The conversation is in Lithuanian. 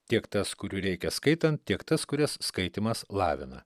tiek tas kurių reikia skaitant tiek tas kurias skaitymas lavina